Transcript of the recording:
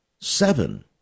seven